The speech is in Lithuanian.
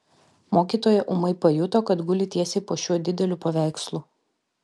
mokytoja ūmai pajuto kad guli tiesiai po šiuo dideliu paveikslu